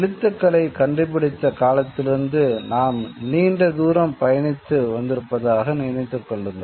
எழுத்துக்களை கண்டுப்பிடித்த காலத்திலிருந்து நாம் நீண்ட தூரம் பயணித்து வந்திருப்பதாக நினைத்துக் கொள்ளுங்கள்